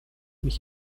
mich